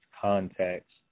context